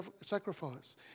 sacrifice